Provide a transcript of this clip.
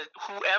whoever